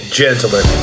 gentlemen